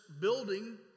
building